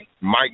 Mike